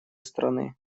страны